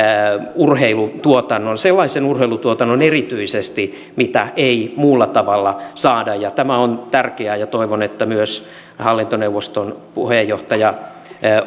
urheilutuotannon sellaisen urheilutuotannon erityisesti mitä ei muualla tavalla saada tämä on tärkeää ja toivon että myös hallintoneuvoston puheenjohtaja